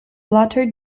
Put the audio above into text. latter